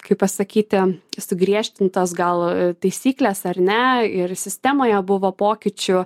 kaip pasakyti sugriežtintos gal taisyklės ar ne ir sistemoje buvo pokyčių